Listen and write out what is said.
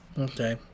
Okay